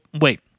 wait